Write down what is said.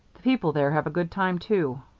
the people there have a good time too.